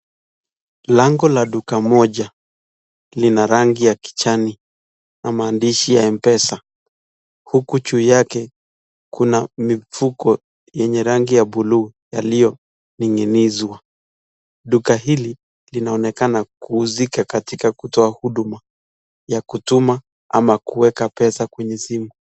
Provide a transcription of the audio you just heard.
Lango la duka moja lina rangi ya kijani na maandishi ya mpesa, huku juu yake kuna mifuko yenye rangi ya buluu yaliyoning'inizwa. Duka hili, linaonekana kuhusika katika kutoa huduma ya kutuma ama kuweka pesa kwenye simu.